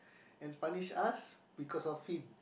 and punish us because of him